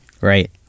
right